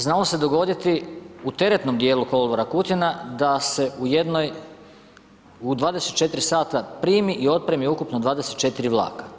Znalo se dogoditi u teretnom djelu kolodvora Kutina da se u jednoj, u 24 sata primi i otpremi ukupno 24 vlaka.